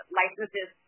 licenses